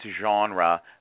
genre